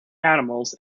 animals